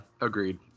Agreed